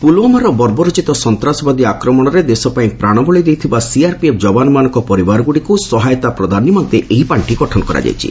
ପୁଲୱାମାର ବର୍ବୋରଚିତ ସନ୍ତାସବାଦୀ ଆକ୍ରମଣରେ ଦେଶ ପାଇଁ ପ୍ରାଣବଳୀ ଦେଇଥିବା ସିଆର୍ପିଏଫ୍ ଯବାନମାନଙ୍କ ପରିବାରଗୁଡ଼ିକୁ ସହାୟତା ପ୍ରଦାନ ନିମନ୍ତେ ଏହି ପାଖି ଗଠନ କରାଯାଇଛି